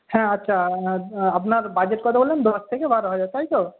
হ্যাঁ আচ্ছা আপনার বাজেট কত বললেন দশ থেকে বারো হাজার তাই তো